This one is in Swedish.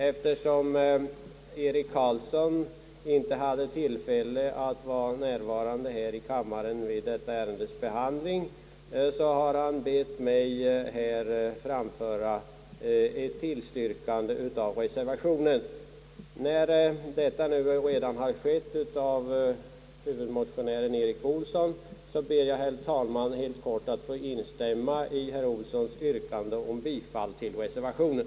Eftersom herr Eric Carlsson inte har tillfälle att vara närvarande här i kammaren vid detta ärendes behandling har han bett mig framföra ett tillstyrkande av reservationen. När detta nu redan skett av huvudmotionären Erik Olsson, ber jag, herr talman, helt kort att få instämma i herr Olssons yrkande om bifall till reservationen.